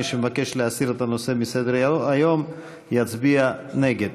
ומי שמבקש להסיר את הנושא מסדר-היום יצביע נגד.